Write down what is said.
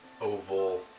oval